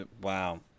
Wow